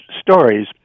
stories